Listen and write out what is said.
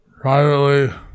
privately